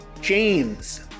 James